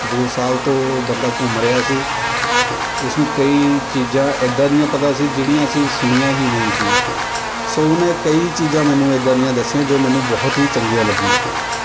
ਦੋ ਸਾਲ ਤੋਂ ਬੰਦਾ ਘੁੰਮ ਰਿਹਾ ਸੀ ਉਸਨੂੰ ਕਈ ਚੀਜ਼ਾਂ ਇੱਦਾਂ ਦੀਆਂ ਪਤਾ ਸੀ ਜਿਹੜੀਆਂ ਅਸੀਂ ਸੁਣੀਆਂ ਹੀ ਨਹੀਂ ਸੀ ਸੋ ਉਹਨੇ ਕਈ ਚੀਜ਼ਾਂ ਮੈਨੂੰ ਇੱਦਾਂ ਦੀਆਂ ਦੱਸੀਆਂ ਜੋ ਮੈਨੂੰ ਬਹੁਤ ਹੀ ਚੰਗੀਆਂ ਲੱਗੀਆਂ